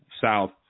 South